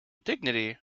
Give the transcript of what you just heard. dignity